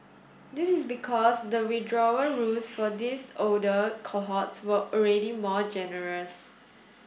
this is because the withdrawal rules for these older cohorts were already more generous